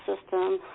system